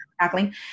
tackling